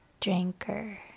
drinker